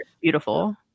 Beautiful